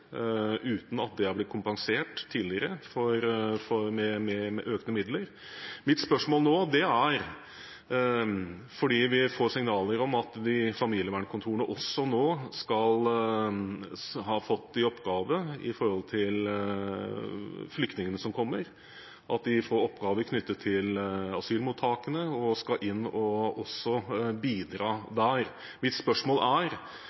uten at det har blitt kompensert med økte midler tidligere. Vi får signaler om at familievernkontorene nå også skal få oppgaver knyttet til flyktningene som kommer, at de skal få oppgaver knyttet til asylmottakene – at de skal inn og bidra der. Mitt spørsmål er: